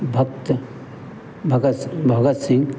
भक्त भगत भगत सिंह